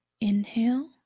Inhale